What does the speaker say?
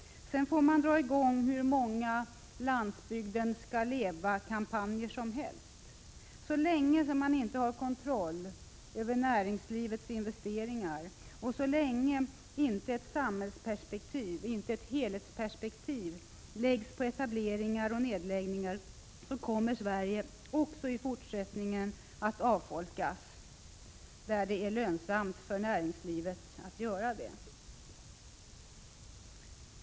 Man får dra i gång hur många landsbygden-skall-levakampanjer som helst — så länge man inte har kontroll över näringslivets investeringar och så länge inte ett helhetsperspektiv läggs på etableringar och nedläggningar så kommer Sverige också i fortsättningen att avfolkas där det är lönsamt för näringslivet att göra det.